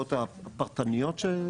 ההשקעות הפרטניות?